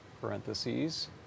parentheses